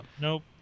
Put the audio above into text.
nope